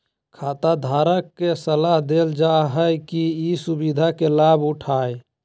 खाताधारक के सलाह देल जा हइ कि ई सुविधा के लाभ उठाय